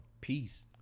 Peace